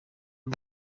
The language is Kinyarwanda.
n’u